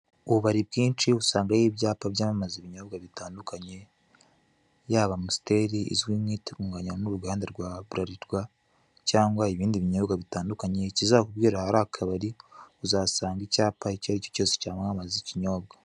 Ububari bwinshi usangayo ibyapa byamamaza ibinyobwa bitandukanye, yaba amusiteli izwi nk'itunganywa n'uruganda rwa buralirwa, cyangwa ibindi binyobwa bitandukanye ikizakubwira ahari akabari, usahasanga icyapa icyo ari cyo cyose cyamamaza ibinyobwa.